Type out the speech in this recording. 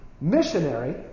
Missionary